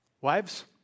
Wives